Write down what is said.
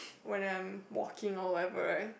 when I'm walking or whatever right